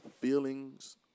feelings